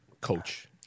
Coach